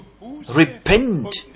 Repent